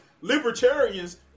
libertarians